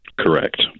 Correct